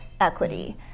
equity